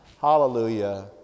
Hallelujah